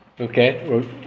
Okay